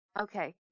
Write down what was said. okay